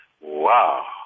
Wow